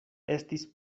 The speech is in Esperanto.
estis